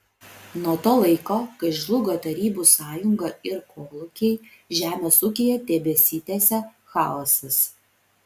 nuo to laiko kai žlugo tarybų sąjunga ir kolūkiai žemės ūkyje tebesitęsia chaosas